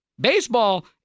Baseball